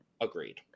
Agreed